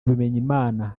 bimenyimana